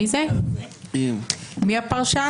מי הפרשן?